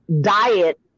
diet